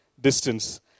distance